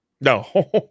no